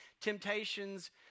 temptations